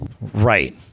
Right